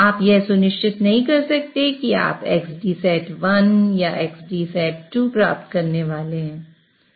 आप यह सुनिश्चित नहीं कर सकते कि आप xDset1 या xDset2 प्राप्त करने वाले हैं